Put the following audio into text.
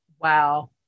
Wow